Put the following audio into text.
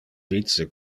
vice